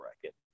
bracket